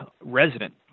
resident